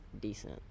decent